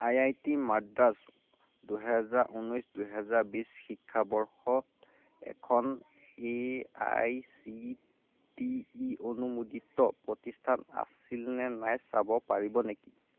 I I T Madras দুহেজাৰ ঊনৈছ দুহেজাৰ বিছ শিক্ষাবৰ্ষত এখন A I C T E অনুমোদিত প্ৰতিষ্ঠান আছিল নে নাই চাব পাৰিব নেকি